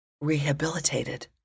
rehabilitated